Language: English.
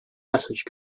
message